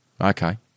Okay